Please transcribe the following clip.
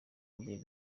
abiri